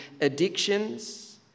addictions